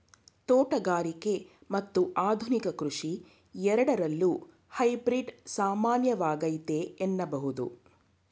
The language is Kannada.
ತೋಟಗಾರಿಕೆ ಮತ್ತು ಆಧುನಿಕ ಕೃಷಿ ಎರಡರಲ್ಲೂ ಹೈಬ್ರಿಡ್ ಸಾಮಾನ್ಯವಾಗೈತೆ ಎನ್ನಬಹುದು